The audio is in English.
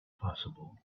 possible